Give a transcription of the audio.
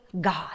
God